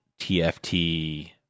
TFT